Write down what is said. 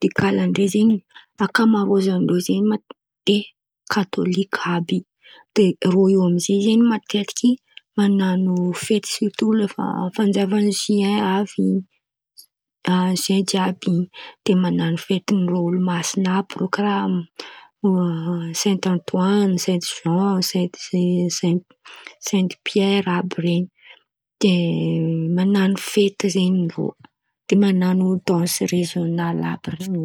De irô io amy zay zen̈y matetiky man̈ano fety. Sirto rehefa fanjavan'ny zoin a- de zoin jiàby in̈y man̈ano fetin-drô olo-masin̈y àby rô Karà sainta Antoany sain Zan, sainty Piera àby iren̈y. De man̈ano fety zen̈y ao, de man̈ano dansy rezionaly àby in̈y.